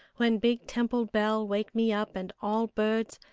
when big temple bell wake me up and all birds,